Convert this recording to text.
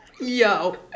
Yo